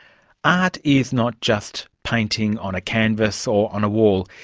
art is not just painting on a canvas or on a wall,